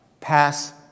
pass